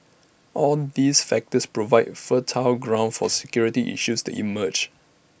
all these factors provide fertile ground for security issues to emerge